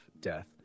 death